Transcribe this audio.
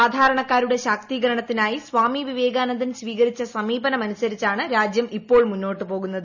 സാധാരണക്കാരുടെ ശാക്തീകരണത്തിനായി സ്വാമി വിവേകാനന്ദൻ സ്വീകരിച്ച സമീപനമനുസരിച്ചാണ് രാജ്യം ഇപ്പോൾ മുന്നോട്ടുപോകുന്നത്